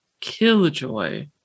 Killjoy